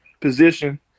position